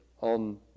on